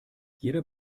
jeder